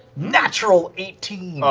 natural eighteen.